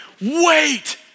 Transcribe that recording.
Wait